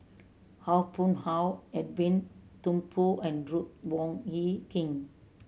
Haw Boon Haw Edwin Thumboo and Ruth Wong Hie King